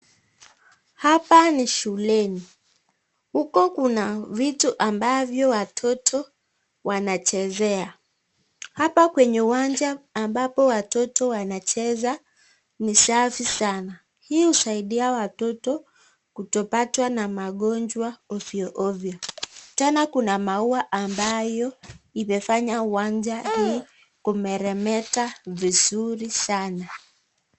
Hapa ni shuleni. Uko kuna vitu ambavyo watoto wanachezea. Hapa kwenye uwanja ambapo watoto wanacheza ni safi sana. Hii husaidia watoto kutopatwa na magonjwa ovyo ovyo. Tena kuna maua ambayo imefanya uwanja hii kumeremeta vizuri sana.